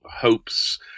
hopes